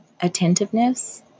attentiveness